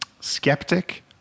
skeptic